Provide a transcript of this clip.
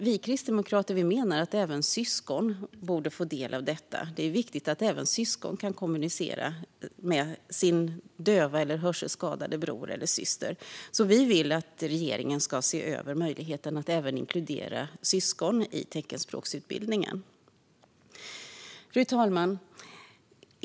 Vi kristdemokrater menar dock att även syskon borde få del av detta; det är viktigt att även syskon kan kommunicera med sin döva eller hörselskadade bror eller syster. Vi vill därför att regeringen ska se över möjligheten att även inkludera syskon i teckenspråksutbildningen. Fru talman!